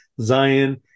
Zion